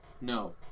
no